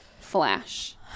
flash